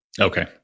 Okay